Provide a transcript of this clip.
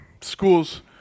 schools